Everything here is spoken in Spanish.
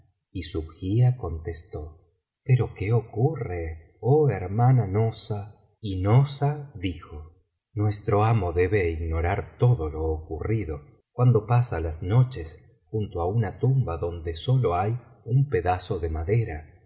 y subhia contestó pero qué ocurre oh hermana nozha y nozha dijo nuestro amo debe ignorar todo lo ocurrido cuando pasa las noches junto á una tumba donde sólo hay un pedazo de madera